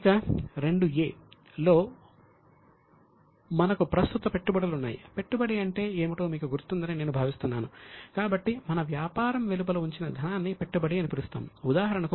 ఇక '2 అంటే సరుకు